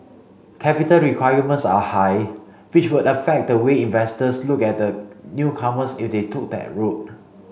capital requirements are high which would affect the way investors looked at the newcomers if they took that route